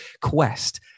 quest